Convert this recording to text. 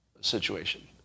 situation